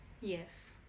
Yes